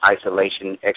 isolation